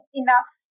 enough